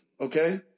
okay